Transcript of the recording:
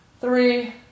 three